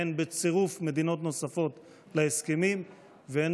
הן בצירוף מדינות נוספות להסכמים והן